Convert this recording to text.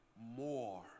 more